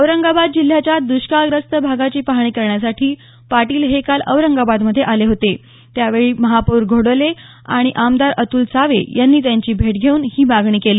औरंगाबाद जिल्ह्याच्या द्रष्काळग्रस्त भागाची पाहणी करण्यासाठी पाटील हे काल औरंगाबादमध्ये आले होते त्यावेळी महापौर घोडेले आणि आमदार अतुल सावे यांनी त्याची भेट घेऊन ही मागणी केली